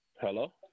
Hello